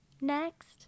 next